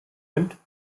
nimmt